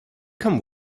come